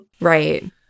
right